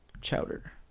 Chowder